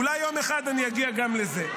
אולי יום אחד אני אגיע גם לזה.